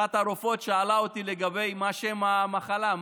אחת הרופאות שאלה אותי על שם המחלה,